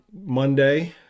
Monday